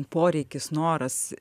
poreikis noras